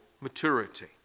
maturity